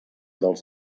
dels